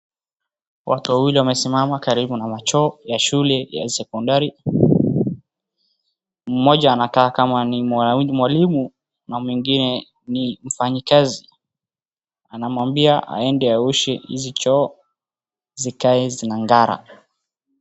Watu wawili wamesimama karibu na machoo ya shule ya sekondari. Moja anakaa kama ni mwalimu na mwingine ni mfanyikazi, anamwambia aende aoshe hizi choo zikae zinang'ara.